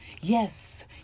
yes